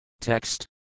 Text